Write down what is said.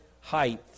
height